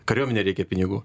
kuriuomenei reikia pinigų